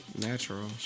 Natural